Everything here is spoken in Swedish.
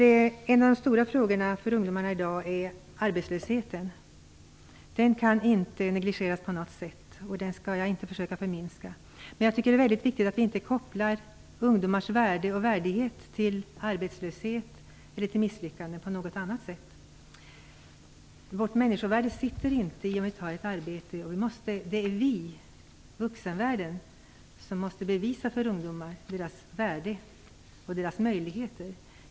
En av de stora frågorna för ungdomarna i dag är arbetslösheten. Den kan inte på något sätt negligeras, och den skall jag inte försöka förminska. Det är väldigt viktigt att vi inte kopplar ungdomars värde och värdighet till arbetslöshet eller till misslyckande på något annat sätt. Vårt människovärde sitter inte i om vi har ett arbete. Det är vi i vuxenvärlden som måste bevisa för ungdomarna deras värde och deras möjligheter.